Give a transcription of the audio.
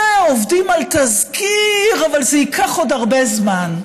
שעובדים על תזכיר אבל זה ייקח עוד הרבה זמן.